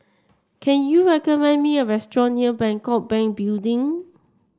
can you recommend me a restaurant near Bangkok Bank Building